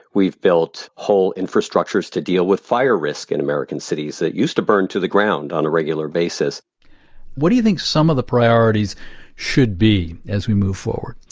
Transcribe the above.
we've built whole infrastructures to deal with fire risks in american cities that used to burn to the ground on a regular basis what do you think some of the priorities should be as we move forward?